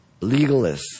legalists